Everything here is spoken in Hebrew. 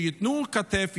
שייתנו כתף,